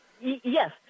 Yes